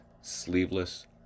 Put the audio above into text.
sleeveless